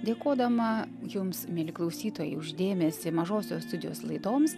dėkodama jums mieli klausytojai už dėmesį mažosios studijos laidoms